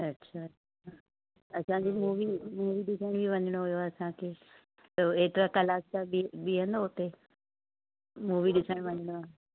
अच्छा असांखे movie movie ॾिसण बि वञिणो हुओ असांखे त एतिरा कलाक छा बि बीहंदो हुते मूवी ॾिसण वञिणो आहे